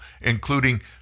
including